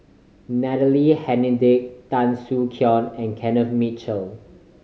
Natalie Hennedige Tan Soo Khoon and Kenneth Mitchell